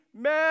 men